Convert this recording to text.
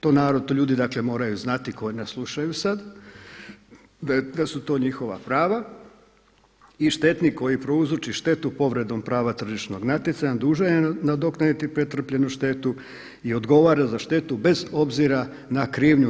To ljudi moraju znati koji nas slušaju sada, da su to njihova prava i štetnik koji prouzroči štetu povredom prava tržišnog natjecanja dužan je nadoknaditi pretrpljenu štetu i odgovara za štetu bez obzira na krivnju.